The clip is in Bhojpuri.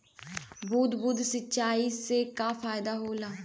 बूंद बूंद सिंचाई से का फायदा होला?